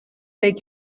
take